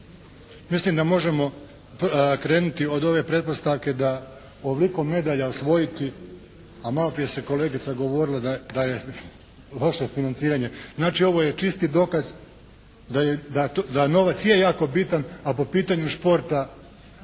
Mislim da možemo krenuti od ove pretpostavke da ovoliko medalja osvojiti, a maloprije se kolegica govorila da je loše financiranje. Znači ovo je čisti dokaz da novac je jako bitan, a po pitanju športa